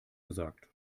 gesagt